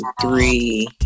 three